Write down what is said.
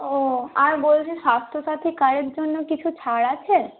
ও আর বলছি স্বাস্থ্যসাথী কার্ডের জন্য কিছু ছাড় আছে